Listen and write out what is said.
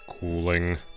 cooling